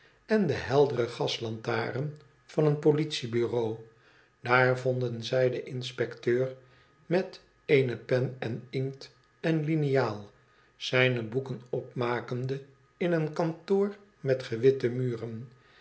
en de heldere gaslantaren van een politiebureau daar vonden zij den inspecteur met eene pen en inkt en hniaal zijne boeken opmakende in een kantoor met gewitte muren